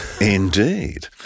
Indeed